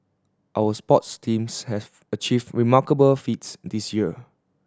our sports teams have achieved remarkable feats this year